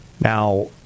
Now